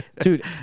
dude